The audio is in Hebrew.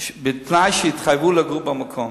בתנאי שיתחייבו לגור במקום.